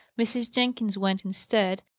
mrs. jenkins went instead,